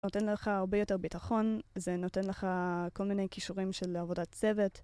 נותן לך הרבה יותר ביטחון, זה נותן לך כל מיני כישורים של עבודת צוות.